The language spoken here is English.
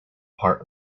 part